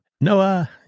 Noah